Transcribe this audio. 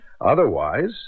Otherwise